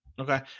okay